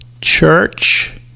church